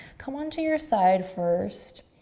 come onto your side first.